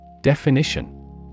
Definition